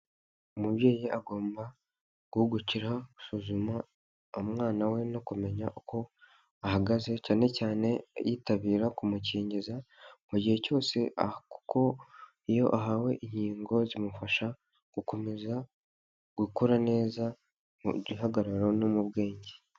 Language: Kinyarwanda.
Umubyeyi agomba gahugukira gusuzuma umwana we no kumenya uko ahagaze, cyane cyane yitabira kumukingiza mu gihe cyose, kuko iyo ahawe inkingo zimufasha gukomeza gukora neza mu gihagararo no mu bwenge.